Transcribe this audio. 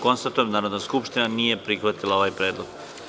Konstatujem da Narodna skupština nije prihvatila ovaj predlog.